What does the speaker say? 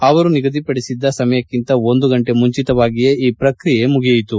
ಅವರು ನಿಗದಿಪಡಿಸಿದ್ದ ಸಮಯಕ್ಕಿಂತ ಒಂದು ಗಂಟೆ ಮುಂಚಿತವಾಗಿಯೇ ಈ ಪ್ರಕ್ರಿಯೆ ಮುಗಿಯಿತು